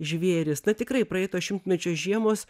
žvėris na tikrai praeito šimtmečio žiemos